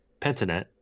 Pentanet